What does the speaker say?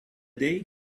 day